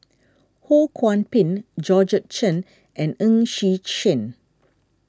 Ho Kwon Ping Georgette Chen and Ng Xi Sheng